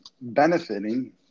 benefiting